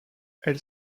elle